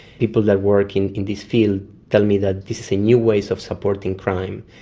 people that work in in this field tell me that this is a new way so of supporting crime.